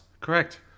correct